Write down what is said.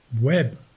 web